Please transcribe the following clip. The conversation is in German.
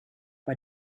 war